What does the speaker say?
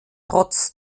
trotz